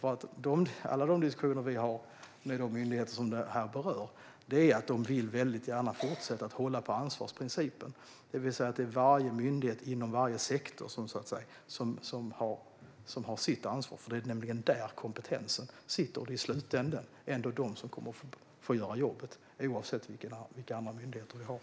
I alla diskussioner vi har med de myndigheter som detta berör framkommer nämligen att de väldigt gärna vill fortsätta att hålla på ansvarsprincipen, det vill säga att varje myndighet inom varje sektor har sitt ansvar. Det är nämligen där kompetensen finns, och det är i slutänden ändå de som kommer att få göra jobbet, oavsett vilka andra myndigheter vi har.